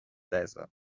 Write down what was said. desert